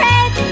Red